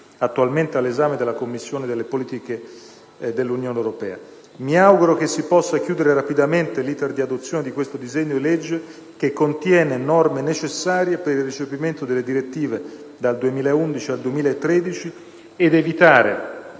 attualmente all'esame della Commissione politiche dell'Unione europea. Mi auguro che si possa chiudere rapidamente l'*iter* di approvazione di questo disegno di legge, che contiene norme necessarie per il recepimento delle direttive dal 2011 al 2013, ed evitare